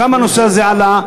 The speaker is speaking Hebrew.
שם הנושא הזה עלה.